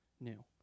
new